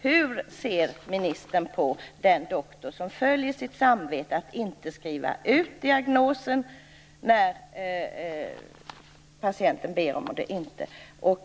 Hur ser ministern på den doktor som följer sitt samvete och inte skriver ut diagnosen när patienten ber honom att låta bli?